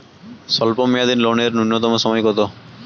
স্বল্প মেয়াদী লোন এর নূন্যতম সময় কতো?